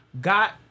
got